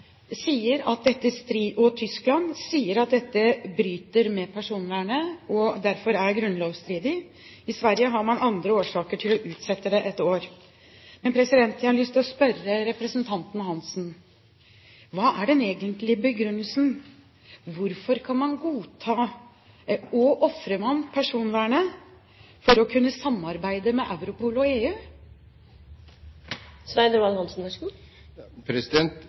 sier at dette bryter med personvernet og derfor er grunnlovsstridig. I Sverige har man andre grunner til å utsette det ett år. Jeg har lyst til å spørre representanten Hansen: Hva er den egentlige begrunnelsen? Hvorfor kan man godta å ofre personvernet for å kunne samarbeide med Europol og EU? Etter mitt skjønn ofrer man ikke personvernet. Jeg mener vi har funnet en god